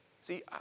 See